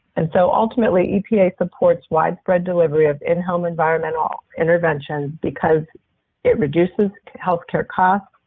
and so, ultimately, epa supports widespread delivery of in-home environmental interventions, because it reduces health care costs,